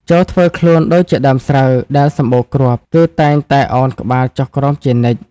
ចូរធ្វើខ្លួនដូចជាដើមស្រូវដែលសម្បូរគ្រាប់ គឺតែងតែឱនក្បាលចុះក្រោមជានិច្ច។